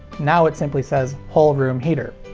now it simply says whole room heater.